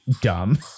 dumb